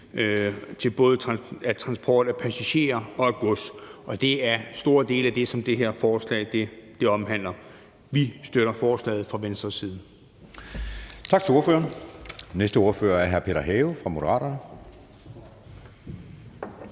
til både transport af passagerer og af gods. Det er en stor del af det, som det her forslag omhandler. Vi støtter fra Venstres side